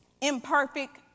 imperfect